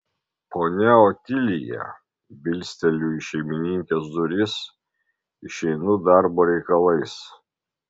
ponia otilija bilsteliu į šeimininkės duris išeinu darbo reikalais